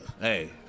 Hey